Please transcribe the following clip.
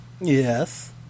yes